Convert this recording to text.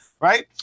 right